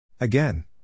Again